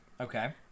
Okay